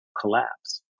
collapse